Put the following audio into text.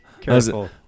Careful